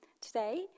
today